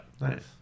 nice